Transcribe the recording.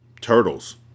Turtles